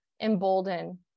embolden